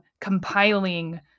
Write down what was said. compiling